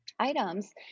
Items